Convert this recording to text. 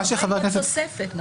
ההרחבה היא בתוספת, נכון?